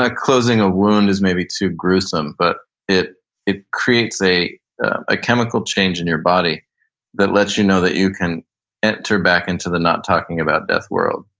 ah closing a wound is maybe too gruesome, but it it creates a a chemical change in your body that lets you know that you can enter back into the not talking about death world.